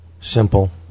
Simple